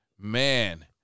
Man